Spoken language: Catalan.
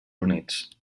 units